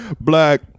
Black